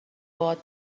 باد